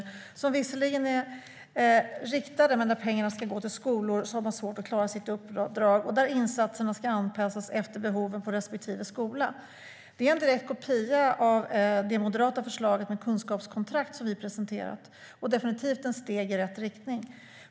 Pengarna är visserligen riktade, men de ska gå till skolor som har svårt att klara sitt uppdrag och där insatserna ska anpassas efter behoven på respektive skola. Det är en direkt kopia av det moderata förslag om kunskapskontrakt vi har presenterat, och det är definitivt ett steg i rätt riktning.